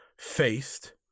faced